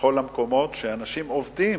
ובכל המקומות, אנשים עובדים